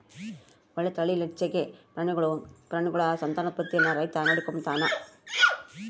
ಒಳ್ಳೆ ತಳೀಲಿಚ್ಚೆಗೆ ಪ್ರಾಣಿಗುಳ ಸಂತಾನೋತ್ಪತ್ತೀನ ರೈತ ನೋಡಿಕಂಬತಾನ